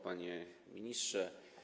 Panie Ministrze!